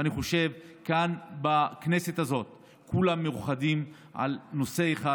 אני חושב שכאן בכנסת הזאת כולם מאוחדים בנושא אחד,